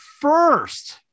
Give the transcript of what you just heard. first